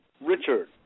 Richard